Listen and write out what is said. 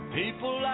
people